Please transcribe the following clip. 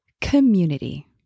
community